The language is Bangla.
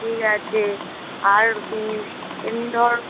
ঠিক আছে আর এমনি ধর